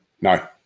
No